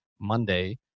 monday